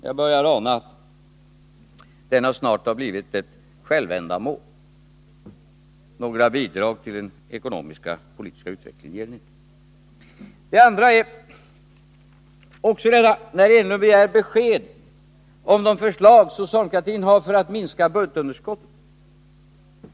Jag börjar snart tro att regerandet är ett självändamål — några bidrag till den ekonomiska och politiska utvecklingen ger det i varje fall inte. På samma sätt är det när Eric Enlund begär besked om vilka förslag socialdemokratin har för att minska budgetunderskottet.